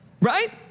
Right